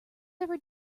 ever